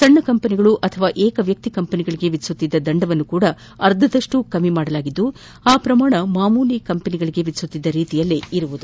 ಸಣ್ಣ ಕಂಪನಿಗಳು ಅಥವಾ ಏಕ ವ್ಯಕ್ತಿ ಕಂಪನಿಗಳಿಗೆ ವಿಧಿಸುತ್ತಿದ್ದ ದಂಡವನ್ನೂ ಸಹ ಅರ್ಧದಷ್ಟು ಕಡಿಮೆ ಮಾಡಿದ್ದು ಆ ಪ್ರಮಾಣ ಮಾಮೂಲಿ ಕಂಪನಿಗಳಿಗೆ ವಿಧಿಸುತ್ತಿದ್ದ ರೀತಿಯಲ್ಲೇ ಇರಲಿದೆ